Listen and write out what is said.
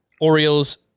Orioles